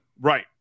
Right